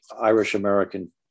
Irish-American